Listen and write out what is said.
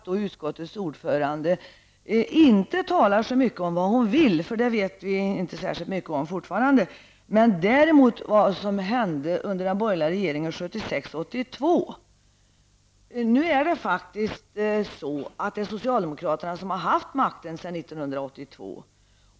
Utskottets ordförande talar inte så mycket om vad hon vill -- det vet vi inte särskilt mycket om fortfarande -- däremot om vad som hände under den borgerliga regeringstiden 1976--1982. Men nu har faktiskt socialdemokraterna haft makten sedan 1982.